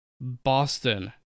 Boston